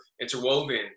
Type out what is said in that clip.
interwoven